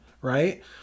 right